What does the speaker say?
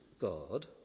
God